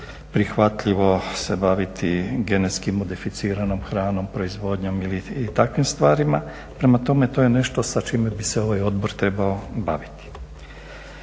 prihvatljivo se baviti genetski modificiranom hranom, proizvodnjom i takvim stvarima. Prema tome, to je nešto sa čime bi se ovaj Odbor trebao baviti.